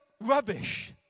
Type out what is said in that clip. rubbish